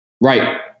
Right